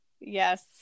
Yes